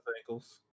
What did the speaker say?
ankles